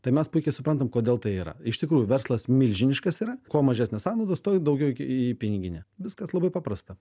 tai mes puikiai suprantam kodėl tai yra iš tikrųjų verslas milžiniškas yra kuo mažesnės sąnaudos tuo daugiau į į piniginę viskas labai paprasta